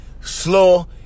Slow